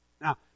Now